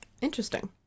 Interesting